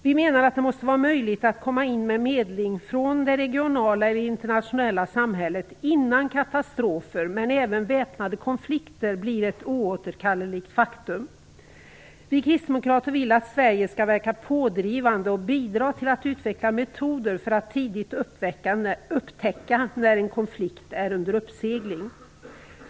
Vi menar att det måste vara möjligt för regionala organisationer och det internationella samfundet att komma in med medling innan katastrofer - men också innan väpnade konflikter - blir ett oåterkalleligt faktum. Vi kristdemokrater vill att Sverige skall verka pådrivande och bidra till att utverka metoder för att tidigt upptäcka när en konflikt är under uppsegling.